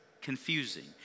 confusing